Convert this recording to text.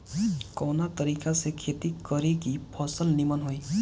कवना तरीका से खेती करल की फसल नीमन होई?